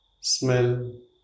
smell